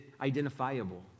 identifiable